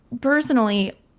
personally